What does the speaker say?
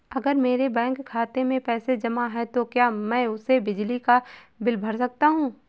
अगर मेरे बैंक खाते में पैसे जमा है तो क्या मैं उसे बिजली का बिल भर सकता हूं?